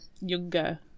younger